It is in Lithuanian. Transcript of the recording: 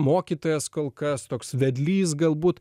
mokytojas kol kas toks vedlys galbūt